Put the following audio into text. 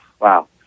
wow